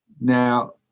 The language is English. Now